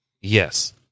Yes